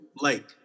lake